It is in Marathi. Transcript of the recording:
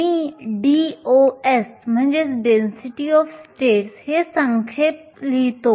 मी DOS हे संक्षेप लिहितो